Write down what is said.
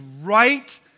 right